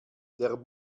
der